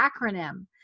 acronym